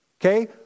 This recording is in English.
Okay